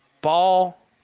Ball